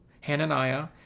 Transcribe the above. Hananiah